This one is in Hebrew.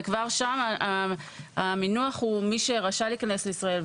וכבר שם המינוח הוא מי שרשאי להיכנס לישראל,